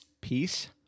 peace